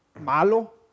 malo